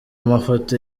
mafoto